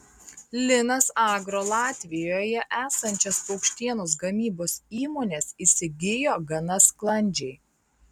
linas agro latvijoje esančias paukštienos gamybos įmones įsigijo gana sklandžiai